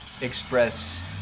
express